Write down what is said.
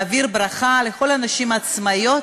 להעביר ברכה לכל הנשים העצמאיות,